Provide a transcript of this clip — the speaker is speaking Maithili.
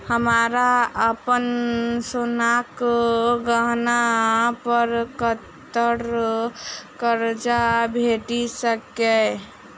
हमरा अप्पन सोनाक गहना पड़ कतऽ करजा भेटि सकैये?